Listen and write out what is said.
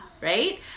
right